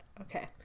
Okay